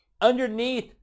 underneath